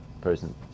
person